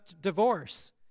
divorce